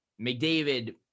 mcdavid